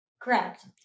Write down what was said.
correct